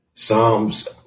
Psalms